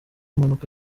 mpanuka